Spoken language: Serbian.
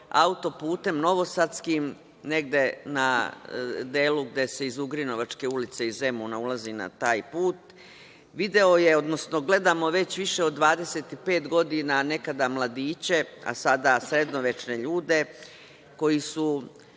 auto-putem novosadskim, negde na delu gde se iz Ugrinovačke ulice iz Zemuna, ulazi na taj put, video je, odnosno gledamo već više od 25 godina, nekada mladiće, a sada sredovečne ljude, koji su